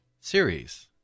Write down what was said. series